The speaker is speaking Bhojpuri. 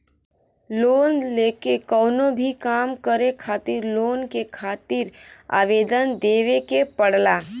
लोन लेके कउनो भी काम करे खातिर लोन के खातिर आवेदन देवे के पड़ला